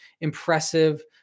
impressive